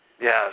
Yes